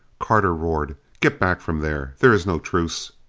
carter roared, get back from there. there is no truce!